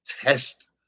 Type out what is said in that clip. test